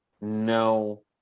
no